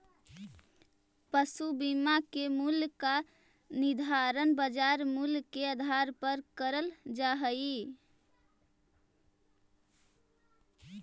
पशु बीमा के मूल्य का निर्धारण बाजार मूल्य के आधार पर करल जा हई